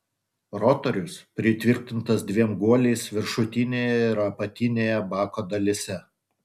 rotorius pritvirtintas dviem guoliais viršutinėje ir apatinėje bako dalyse